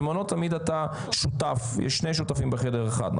במעונות תמיד אתה שותף, יש שני שותפים בחדר אחד.